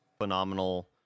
phenomenal